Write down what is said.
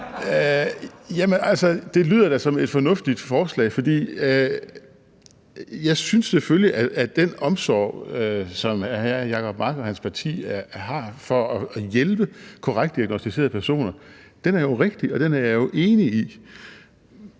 det lyder da som et fornuftigt forslag, for jeg synes selvfølgelig, at den omsorg, som hr. Jacob Mark og hans parti har i forhold til at hjælpe korrekt diagnosticerede personer, er rigtig, og den er jeg enig i.